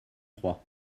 trois